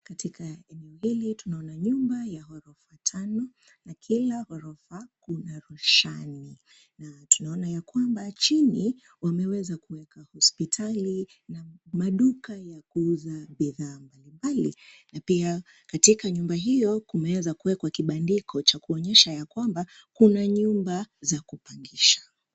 Katika eneo hili tunaona nyumba ya ghorofa tano na kila ghorofa, kuna roshani, na tunaona ya kwamba chini, wameweza kuweka hospitali, na maduka ya kuuza bidhaa mbalimbali, na pia katika nyumba hiyo kumeweza kuwekwa kibandiko cha kuonyesha ya kwamba, kuna nyumba, za kupangisha.